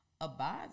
abides